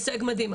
הישג מדהים,